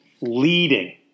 Leading